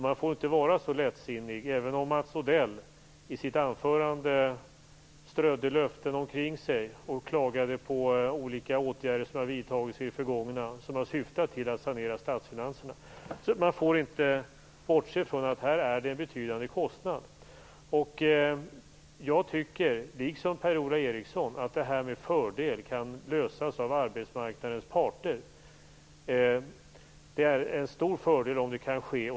Man får inte vara så lättsinnig, även om Mats Odell i sitt anförande strödde löften omkring sig och klagade på olika åtgärder som har vidtagits i det förgångna och som har syftat till att sanera statsfinanserna, att man bortser från att det är en betydande kostnad. Jag tycker, liksom Per-Ola Eriksson, att detta med fördel kan lösas av arbetsmarknadens parter. Det är en stor fördel om så kan ske.